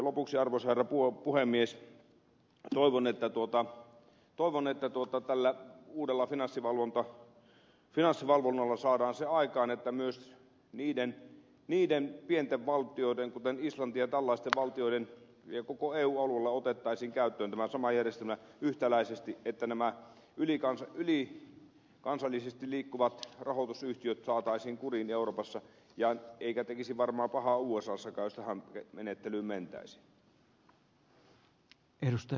lopuksi arvoisa herra puhemies toivon että tällä uudella finanssivalvonnalla saadaan se aikaan että myös niiden pienten valtioiden kuten islanti tällaisten valtioiden ja koko eu alueella otettaisiin käyttöön tämä sama järjestelmä yhtäläisesti että nämä ylikansallisesti liikkuvat rahoitusyhtiöt saataisiin kuriin euroopassa eikä tekisi varmaan pahaa usassakaan jos tähän menettelyyn mentäisiin